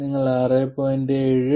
നിങ്ങൾ ഇത് 6